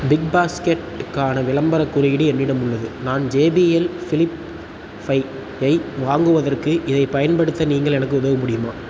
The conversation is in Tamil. பிக்பாஸ்கெட்டு க்கான விளம்பரக் குறியீடு என்னிடம் உள்ளது நான் J B L flip five ஐ வாங்குவதற்கு இதைப் பயன்படுத்த நீங்கள் எனக்கு உதவ முடியுமா